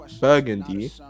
burgundy